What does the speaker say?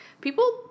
people